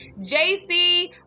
jc